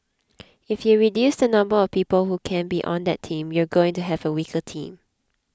if you reduce the number of people who can be on that team you're going to have a weaker team